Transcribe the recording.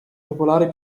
popolare